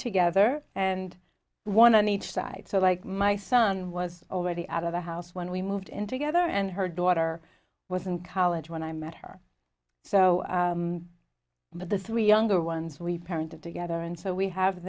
together and one on each side so like my son was already out of the house when we moved in together and her daughter was in college when i met her so the three younger ones we parents of together and so we have